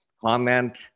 comment